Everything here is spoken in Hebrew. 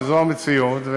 וזו המציאות,